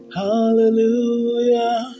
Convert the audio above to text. hallelujah